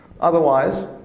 Otherwise